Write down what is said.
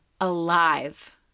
alive